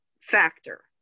factor